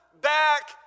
back